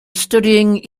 studying